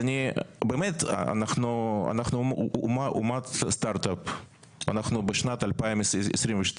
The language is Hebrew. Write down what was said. אנחנו אומת סטארט אפ, אנחנו בשנת 2022,